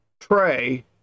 tray